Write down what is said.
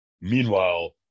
Meanwhile